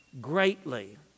greatly